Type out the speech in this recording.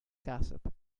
gossip